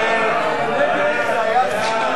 זה היה ציטוט,